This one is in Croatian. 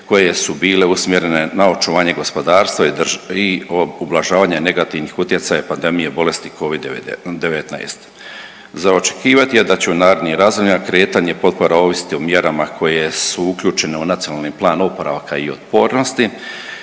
koje su bile usmjerene na očuvanje gospodarstva i .../nerazumljivo/... ublažavanja negativnih utjecaja pandemije bolesti Covid-19. Za očekivati je da će u narednim razdobljima kretanje potpora ovisiti o mjerama koje su uključene u Nacionalni plan oporavaka i otpornosti